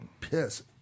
piss